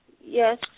Yes